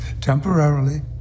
Temporarily